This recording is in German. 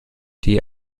die